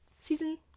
season